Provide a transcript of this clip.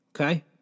Okay